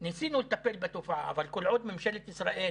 ניסינו לטפל בתופעה, אבל כל עוד ממשלת ישראל,